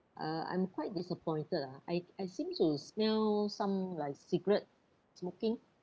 uh I'm quite disappointed ah I I seem to smell some like cigarette smoking